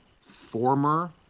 former